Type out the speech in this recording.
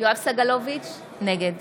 יואב סגלוביץ' נגד